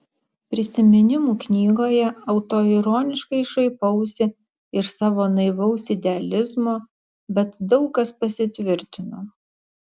prisiminimų knygoje autoironiškai šaipausi iš savo naivaus idealizmo bet daug kas pasitvirtino